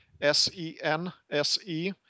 s-e-n-s-e